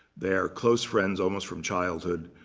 they are close friends almost from childhood.